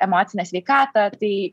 emocinę sveikatą tai